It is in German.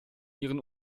ihren